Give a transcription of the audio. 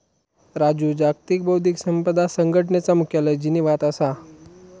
राजू जागतिक बौध्दिक संपदा संघटनेचा मुख्यालय जिनीवात असा